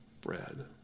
bread